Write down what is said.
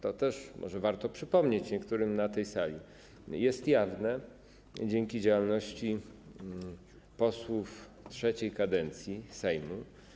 też może warto przypomnieć niektórym na tej sali, jest jawne dzięki działalności posłów III kadencji Sejmu.